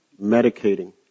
Medicating